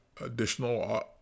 additional